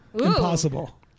Impossible